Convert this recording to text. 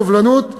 סובלנות,